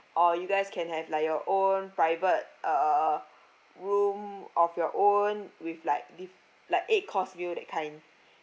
or you guys can have like your own private uh room of your own with like diff~ like eight course meal that kind